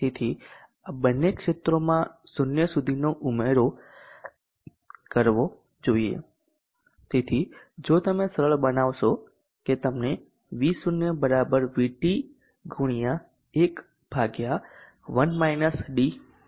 તેથી આ બંને ક્ષેત્રોમાં 0 સુધીનો ઉમેરો કરવો જોઈએ તેથી જો તમે સરળ બનાવશો કે તમને V0 VT x 1 ભાગ્યા મળશે